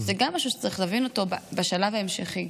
זה גם משהו שצריך להבין אותו בשלב ההמשכי.